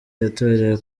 yatorewe